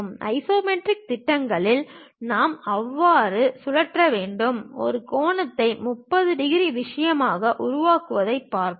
isometric திட்டங்களில் நாம் அவ்வாறு சுழற்ற வேண்டும் இந்த கோணத்தை 30 டிகிரி விஷயமாக உருவாக்குவதைப் பார்ப்போம்